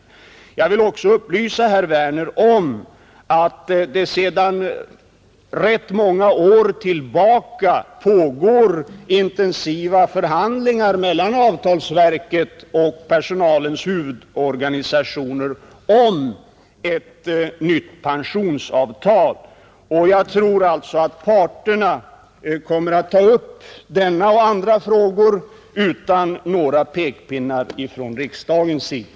Jag vill också upplysa herr Werner om att att det sedan rätt många år tillbaka pågår intensiva förhandlingar mellan avtalsverket och personalens huvudorganisationer om ett nytt pensionsavtal. Jag tror alltså att parterna kommer att ta upp denna och andra förhandlingsfrågor utan några pekpinnar från riksdagens sida.